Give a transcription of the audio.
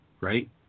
right